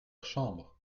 chambre